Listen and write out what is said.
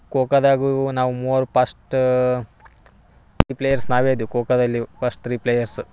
ಖೋಖೋದಾಗೂ ನಾವು ಮೂವರು first players ನಾವೇ ಇದ್ದಿವಿ ಖೋಖೋದಲ್ಲಿ ಪಸ್ಟ್ ತ್ರೀ ಪ್ಲೇಯರ್ಸ್